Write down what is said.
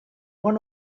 one